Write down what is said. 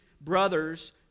brothers